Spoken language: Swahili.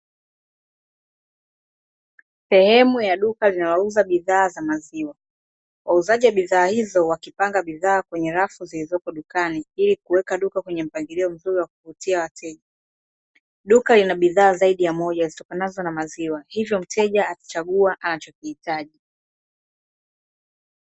Sehemu ya duka linalouza bidhaa za maziwa. Wauzaji wa bidhaa hizo wakipanga bidhaa kwenye rafu zilizopo dukani, ili kuweka duka kwenye mpangilio mzuri wa kuvutia wateja. Duka lina bidhaa zaidi ya moja zitokanazo na maziwa hivyo mteja atachagua anachokihitaji.